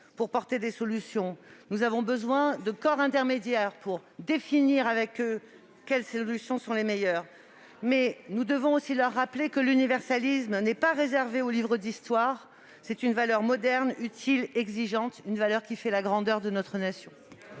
pour proposer des solutions. Nous avons besoin de corps intermédiaires pour définir avec eux quelles réponses sont les meilleures, mais nous devons aussi leur rappeler que l'universalisme n'est pas réservé aux livres d'histoire. C'est une valeur moderne, utile, exigeante : une valeur qui fait la grandeur de notre nation.